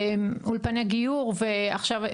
אולפני גיור ועכשיו,